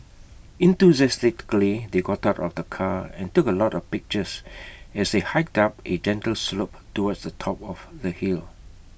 enthusiastically they got out of the car and took A lot of pictures as they hiked up A gentle slope towards the top of the hill